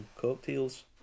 cocktails